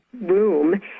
room